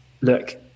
look